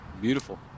beautiful